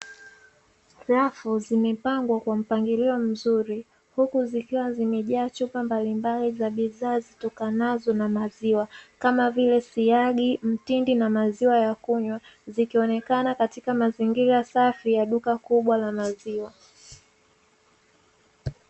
Rafu zimepangwa kwa mpangilio mzuri huku zikiwa zimejaa chupa mbalimbali za bidhaa zitokanazo na maziwa kama vile: siagi, mtindi na maziwa ya kunywa. Zikionekana katika mazingira safi ya duka kubwa la maziwa.